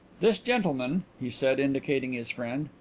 this gentleman, he said, indicating his friend,